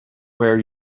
where